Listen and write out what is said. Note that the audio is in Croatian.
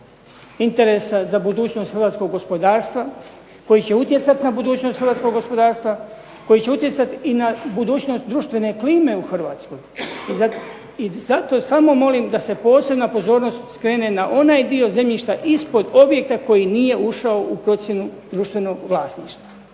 interesa za budućnost hrvatskog gospodarstva, koji će utjecati na budućnost hrvatskog gospodarstva, koji će utjecati i na budućnost društvene klime u Hrvatskoj i zato samo molim da se posebna pozornost skrene na onaj dio zemljišta ispod objekta koji nije ušao u procjenu društvenog vlasništva,